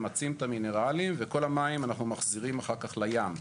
ממצים את המינרלים וכל המים אנחנו מחזירים אחר כך לים,